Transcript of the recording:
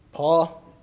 Paul